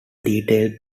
detailed